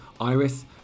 iris